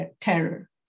terror